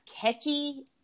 catchy